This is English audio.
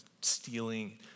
stealing